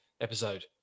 episode